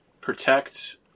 protect